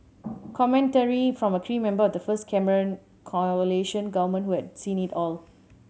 commentary from a key member of the first Cameron coalition government who had seen it all